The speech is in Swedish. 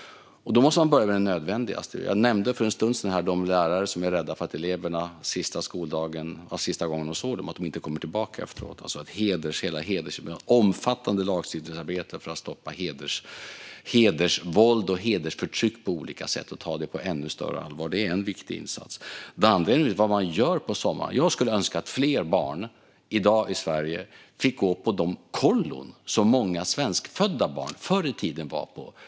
Man måste börja med det nödvändigaste. Jag nämnde för en stund sedan de lärare som är rädda för att sista skoldagen är sista gången de ser en del av eleverna - att de inte ska komma tillbaka efter lovet. Det handlar om hela hedersproblematiken. Vi har ett omfattande lagstiftningsarbete för att på olika sätt stoppa hedersvåld och hedersförtryck och ta detta på ännu större allvar. Det är en viktig insats. Det andra handlar naturligtvis om vad man gör på sommaren. Jag skulle önska att fler barn i Sverige i dag fick gå på de kollon som många svenskfödda barn förr i tiden var på.